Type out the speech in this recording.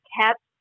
kept